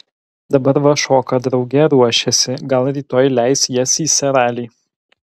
dabar va šoka drauge ruošiasi gal rytoj leis jas į seralį